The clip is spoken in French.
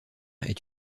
est